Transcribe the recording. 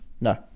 No